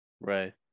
Right